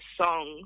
songs